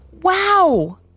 Wow